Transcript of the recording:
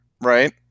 Right